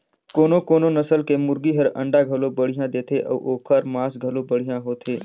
कोनो कोनो नसल के मुरगी हर अंडा घलो बड़िहा देथे अउ ओखर मांस घलो बढ़िया होथे